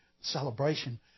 celebration